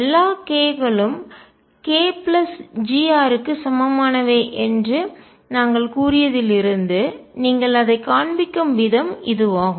எல்லா k களும் k plus g r க்கு சமமானவை என்று நாங்கள் கூறியதிலிருந்து நீங்கள் அதைக் காண்பிக்கும் விதம் இதுவாகும்